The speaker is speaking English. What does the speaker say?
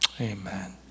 Amen